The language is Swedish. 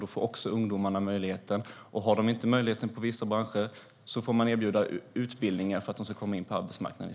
Då får också ungdomarna möjligheter, och har de inte möjlighet till jobb i vissa branscher får man erbjuda utbildningar för att de ska kunna komma in på arbetsmarknaden.